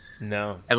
No